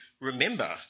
remember